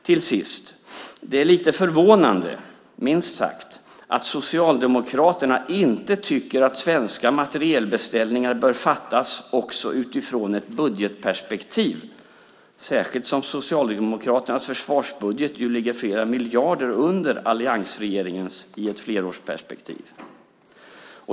Till sist finner jag det lite förvånande, minst sagt, att Socialdemokraterna inte tycker att svenska materielbeställningar bör fattas också utifrån ett budgetperspektiv, särskilt som Socialdemokraternas försvarsbudget ju ligger flera miljarder under alliansregeringens i ett flerårsperspektiv.